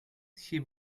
she